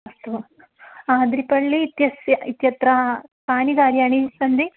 अस्तु आद्रिपल्लि इत्यस्य इत्यत्र कानि कार्याणि सन्ति